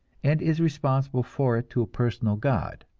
and is responsible for it to a personal god.